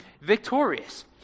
victorious